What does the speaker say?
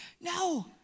No